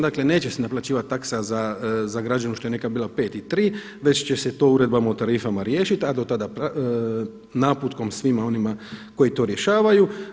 Dakle, neće se naplaćivati taksa za građevinu što je nekad bila 5 i 3 već će se to uredbama o tarifama riješiti, a do tada naputkom svima onima koji to rješavaju.